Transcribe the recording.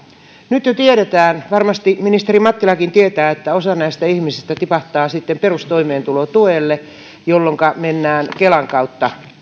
nyt jo tiedetään varmasti ministeri mattilakin tietää että osa näistä ihmisistä tipahtaa sitten perustoimeentulotuelle jolloinka mennään kelan kautta